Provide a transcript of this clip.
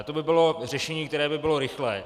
To by bylo řešení, které by bylo rychlé.